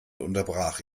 unterbrach